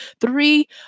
three